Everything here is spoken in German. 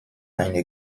eine